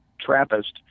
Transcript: Trappist